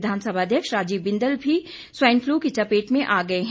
विधानसभा अध्यक्ष राजीव बिंदल भी swine flu की चपेट में आ गए हैं